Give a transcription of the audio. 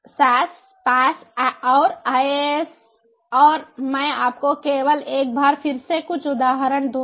SaaS PaaS और IaaS और मैं आपको केवल एक बार फिर से कुछ उदाहरण दूंगा